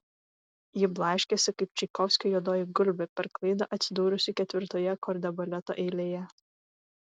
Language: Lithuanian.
ji blaškėsi kaip čaikovskio juodoji gulbė per klaidą atsidūrusi ketvirtoje kordebaleto eilėje